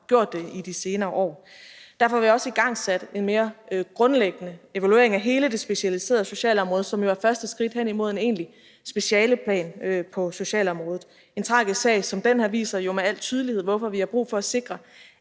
gjort det i de senere år. Derfor har vi også igangsat en mere grundlæggende evaluering af hele det specialiserede socialområde, som jo er første skridt hen imod en egentlig specialeplan på socialområdet. En tragisk sag som den her viser jo med al tydelighed, hvorfor vi har brug for at sikre,